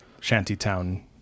Shantytown